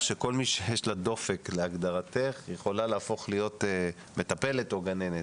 שכל מי שיש לה דופק יכולה להפוך להיות מטפלת או גננת.